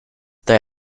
they